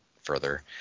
further